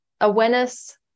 awareness